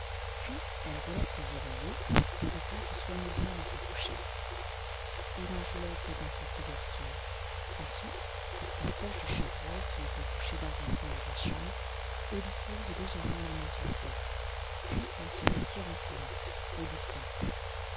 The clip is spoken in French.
puis elle relève ses oreillers le replace soigneusement dans sa couchette et l'enveloppe dans sa couverture ensuite elle s'approche du chevreuil qui était couché dans un coin de la chambre et lui pose légèrement la main sur la tète puis elle se retire en silence et disparait